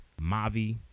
Mavi